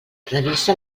revisa